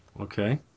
Okay